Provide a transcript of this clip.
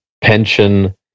pension